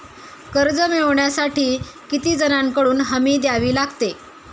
कर्ज मिळवण्यासाठी किती जणांकडून हमी द्यावी लागते?